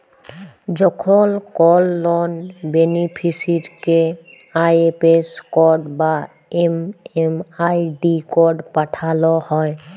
যখন কল লন বেনিফিসিরইকে আই.এফ.এস কড বা এম.এম.আই.ডি কড পাঠাল হ্যয়